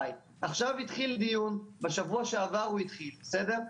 התחיל דיון בשבוע שעבר הוא התחיל בסדר?